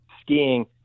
skiing